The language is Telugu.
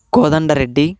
కోదండ రెడ్డి